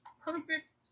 perfect